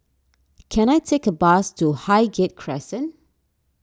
can I take a bus to Highgate Crescent